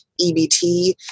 EBT